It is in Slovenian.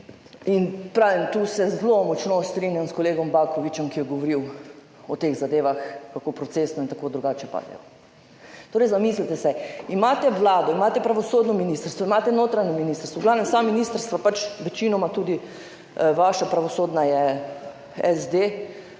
o tem. Tu se zelo močno strinjam s kolegom Bakovićem, ki je govoril o teh zadevah, kako procesno in tako drugače padejo. Torej zamislite se, imate Vlado imate pravosodno ministrstvo imate notranje ministrstvo v glavnem vsa ministrstva pač večinoma tudi vaša pravosodna je SD